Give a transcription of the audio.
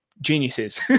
geniuses